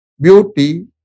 beauty